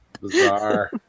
Bizarre